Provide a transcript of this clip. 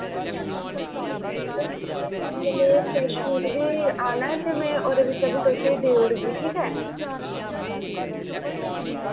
चलो ठीक ऐ हाल्ले शाम्मी बेल्ले फ्रैश फ्रूट बी आना ऐ ते मैं ओह्दे बिच्चा बी तुसें देई ओड़गी ठीक ऐ